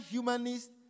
Humanist